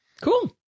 Cool